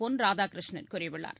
பொள்ராதாகிருஷ்ணன் கூறியுள்ளார்